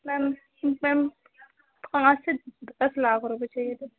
ma'am ma'am पाँच से दस लाख रुपये चाहिए थे